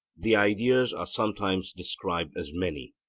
the ideas are sometimes described as many,